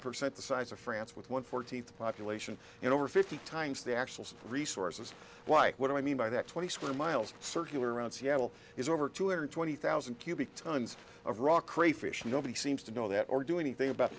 percent the size of france with one fourteenth population and over fifty times the actual resources why what i mean by that twenty square miles circular around seattle is over two hundred twenty thousand cubic tons of rock crayfish nobody seems to know that or do anything about